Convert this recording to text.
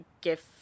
gift